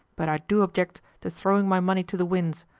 but i do object to throwing my money to the winds.